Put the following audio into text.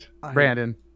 Brandon